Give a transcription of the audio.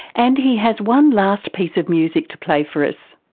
and he has one last piece of music to play for us.